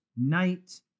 night